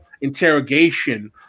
interrogation